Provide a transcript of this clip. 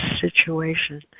situation